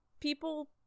people